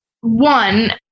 one